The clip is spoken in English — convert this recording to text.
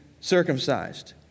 circumcised